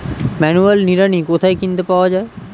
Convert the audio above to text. Manual নিড়ানি কোথায় কিনতে পাওয়া যায়?